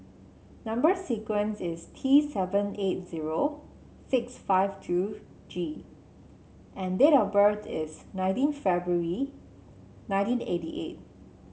number sequence is T seven eight zero six five two G and date of birth is nineteen February nineteen eighty eight